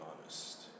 honest